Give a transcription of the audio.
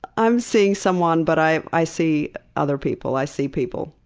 i'm seeing someone, but i i see other people. i see people.